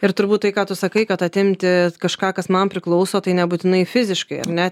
ir turbūt tai ką tu sakai kad atimti kažką kas man priklauso tai nebūtinai fiziškai ar ne